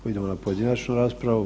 Idemo na pojedinačnu raspravu.